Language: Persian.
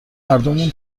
هردومون